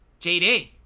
JD